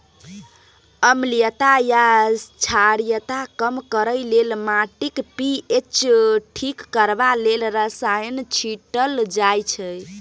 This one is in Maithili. अम्लीयता या क्षारीयता कम करय लेल, माटिक पी.एच ठीक करबा लेल रसायन छीटल जाइ छै